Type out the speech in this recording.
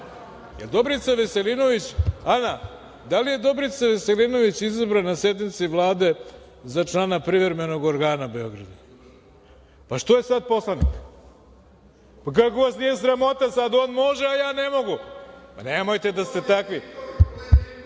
se javi za repliku. Ana, da li je Dobrica Veselinović izabran na sednici Vlade za člana Privremenog organa Beograda? Pa, što je sada poslanik? Pa, kako vas nije sramota? Sad on može, a je ne mogu? Pa, nemojte da ste